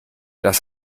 das